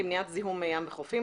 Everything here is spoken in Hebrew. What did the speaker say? למניעת זיהום מי ים בחופים,